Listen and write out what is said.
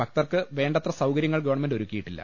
ഭക്തർക്ക് വേണ്ടത്ര സൌകര്യങ്ങൾ ഗവൺമെന്റ് ഒരുക്കിയിട്ടില്ല